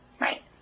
Right